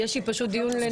פשוט יש לי דיון לנהל.